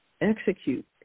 execute